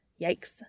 Yikes